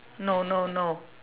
no no no